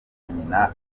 nyina